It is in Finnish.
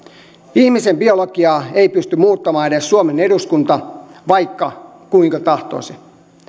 ihmisen biologiaa ei pysty muuttamaan edes suomen eduskunta vaikka kuinka tahtoisi